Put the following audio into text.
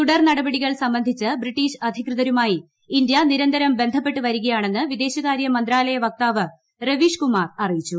തുടർ നടപടികൾ ്യൂസ്സ്ംബന്ധിച്ച് ബ്രിട്ടീഷ് അധികൃതരുമായി ഇന്ത്യ നിരന്തമൂട് ബ്ലന്ധപ്പെട്ട് വരികയാണെന്ന് വിദേശകാര്യ മന്ത്രാലയ വക്തിമവ് ്രവീഷ് കുമാർ അറിയിച്ചു